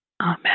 Amen